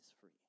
free